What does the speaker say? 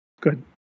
good